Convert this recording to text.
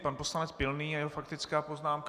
Pan poslanec Pilný a jeho faktická poznámka.